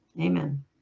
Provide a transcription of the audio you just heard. amen